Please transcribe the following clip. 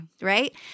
right